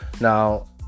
Now